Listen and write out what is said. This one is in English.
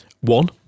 one